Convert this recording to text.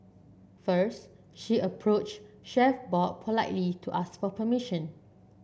first she approached Chef Bob politely to ask for permission